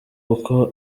kuko